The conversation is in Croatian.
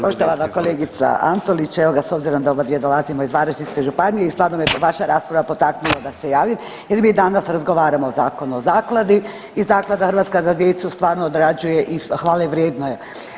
Poštovana kolegica Antolić, evo ga, s obzirom da obadvije dolazimo iz Varaždinske županije i stvarno me vaša rasprava potaknula da se javim jer mi danas razgovaramo o Zakonu o zakladu i Zaklada „Hrvatska za djecu“ stvarno odrađuje i hvale vrijedno je.